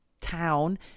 town